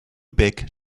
big